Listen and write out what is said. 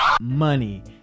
money